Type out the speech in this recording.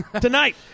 Tonight